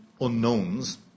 unknowns